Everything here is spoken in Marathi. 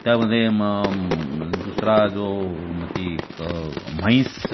त्यामध्ये मग दुसरा जो मग ती एक म्हैस